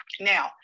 Now